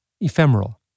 ephemeral